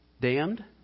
Damned